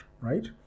right